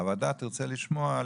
הוועדה תרצה לשמוע,